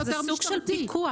זה סוג של פיקוח.